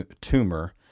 tumor